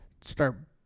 start –